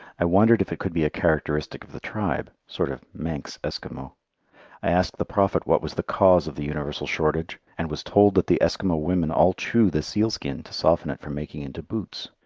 i wondered if it could be a characteristic of the tribe sort of manx eskimo. i asked the prophet what was the cause of the universal shortage, and was told that the eskimo women all chew the sealskin to soften it for making into boots.